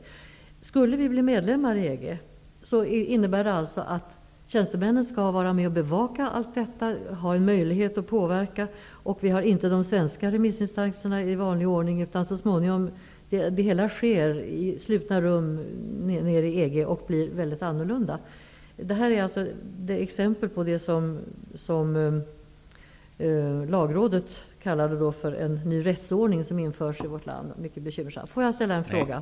Om vi skulle bli medlem i EG, innebär det alltså att tjänstemännen skall vara med och bevaka allt detta och ha en möjlighet att påverka, men vi har inte de svenska remissinstanserna i vanlig ordning, utan det hela sker i slutna rum i EG och blir mycket annorlunda. Detta är alltså exempel på det som lagrådet kallade för en ny rättsordning som införs i vårt land och som är mycket bekymmersam.